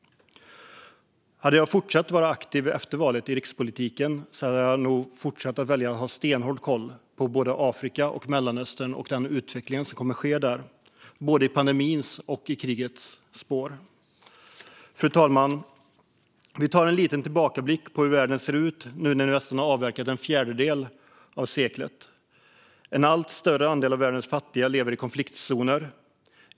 Hade jag fortsatt att vara aktiv i rikspolitiken efter valet hade jag nog valt att ha stenhård koll på Afrika och Mellanöstern och utvecklingen som sker där i både pandemins och krigets spår. Fru talman! Vi tar en liten tillbakablick på hur världen ser ut nu när vi nästan har avverkat en fjärdedel av seklet. En allt större andel av världens fattiga lever i konfliktzoner.